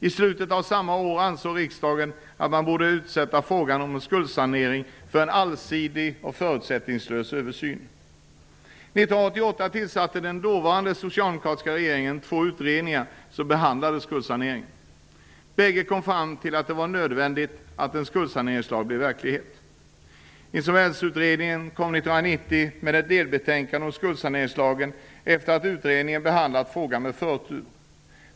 I slutet av samma år ansåg riksdagen att man borde utsätta frågan om skuldsanering för en allsidig och förutsättningslös översyn. 1988 tillsatte den dåvarande socialdemokratiska regeringen två utredningar som behandlade skuldsaneringen. Bägge kom fram till att det är nödvändigt att en skuldsaneringslag blir verklighet. Insolvensutredningen kom 1990 med ett delbetänkande om skuldsaneringslagen efter det att utredningen behandlat frågan med förtur.